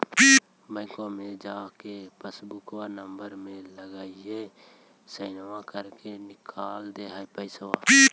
बैंकवा मे जा के पासबुकवा नम्बर मे लगवहिऐ सैनवा लेके निकाल दे है पैसवा?